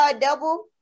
double